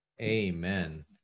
Amen